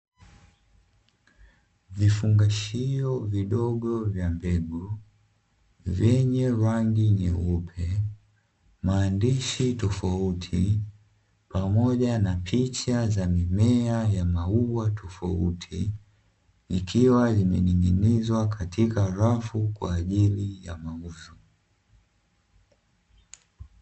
Vifungashio vidogo vya mbegu vyenye rangi nyeupe, maandishi tofauti pamoja na picha za mimea ya maua tofauti, ikiwa ime ning'inizwa katika rafu kwa ajili ya mauzo.